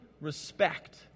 respect